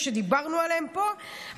שדיברנו עליהם פה,